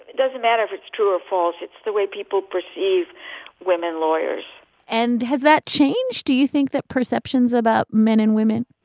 doesn't matter if it's true or false. it's the way people perceive women lawyers and has that changed, do you think, that perceptions about men and women?